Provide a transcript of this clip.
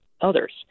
others